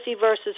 versus